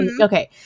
Okay